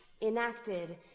enacted